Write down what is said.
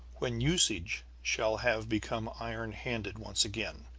when usage shall have become iron-handed once again,